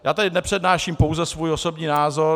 Já tady nepřednáším pouze svůj osobní názor.